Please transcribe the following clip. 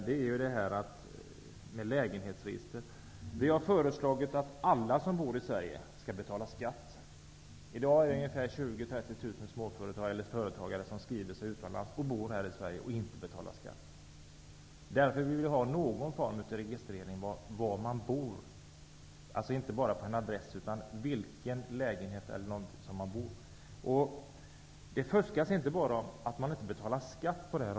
Jag tänker då på lägenhetsregister. Vi har föreslagit att alla som bor i Sverige skall betala skatt. I dag är det ungefär 20 000 -- 30 000 företagare som skriver sig utomlands och inte betalar skatt trots att de bor här i Sverige. Därför vill vi ha någon form av registrering av var man bor. Vi menar då alltså inte bara att man skall uppge en adress utan att man också skall uppge vilken lägenhet man bor i. Det fuskas inte bara genom att man inte betalar skatt.